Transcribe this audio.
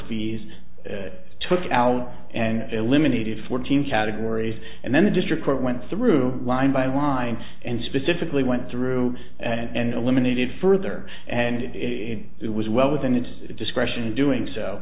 fees it took out and eliminated fourteen categories and then the district court went through line by line and specifically went through and eliminated further and it was well within its discretion in doing so